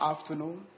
afternoon